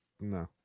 No